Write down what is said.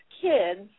kids